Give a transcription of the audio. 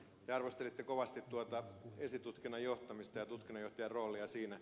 te arvostelitte kovasti tuota esitutkinnan johtamista ja tutkinnanjohtajan roolia siinä